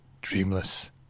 dreamless